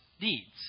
Deeds